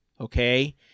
Okay